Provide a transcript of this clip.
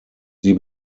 sie